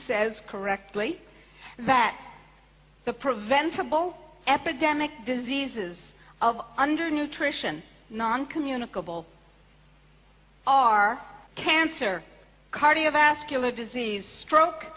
says correctly that the preventable epidemic diseases of under nutrition non communicable our cancer cardiovascular disease stroke